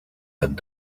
had